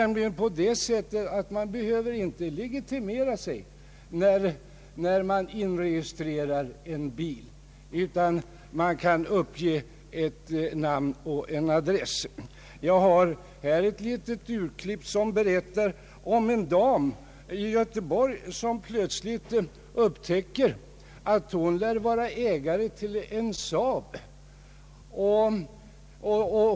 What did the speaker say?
Man behöver nämligen inte legitimera sig när man inregistrerar en bil utan man kan bara uppge ett namn och en adress. Jag har här ett litet tidningsurklipp om en dam i Göteborg som plötsligt upptäcker att hon lär vara ägare till en Saab.